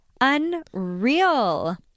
unreal